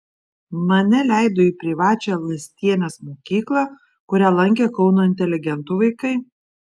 mane leido į privačią lastienės mokyklą kurią lankė kauno inteligentų vaikai